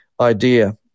idea